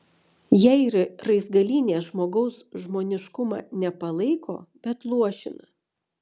jei raizgalynė žmogaus žmoniškumą ne palaiko bet luošina